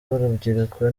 w’urubyiruko